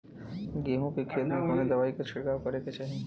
गेहूँ के खेत मे कवने दवाई क छिड़काव करे के चाही?